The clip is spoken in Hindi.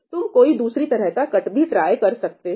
तुम कोई दूसरी तरह का कट भी ट्राई कर सकते हो